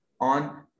on